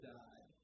die